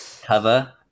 cover